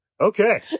Okay